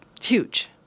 huge